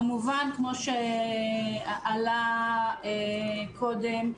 כמובן כמו שעלה קודם,